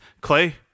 Clay